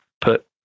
put